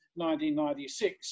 1996